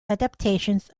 adaptations